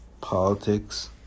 politics